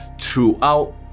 throughout